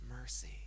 mercy